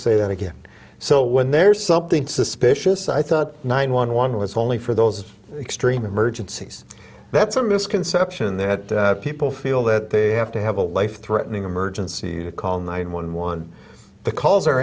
say that again so when there's something suspicious i thought nine one one was only for those extreme emergencies that's a misconception that people feel that they have to have a life threatening emergency to call nine one one the calls are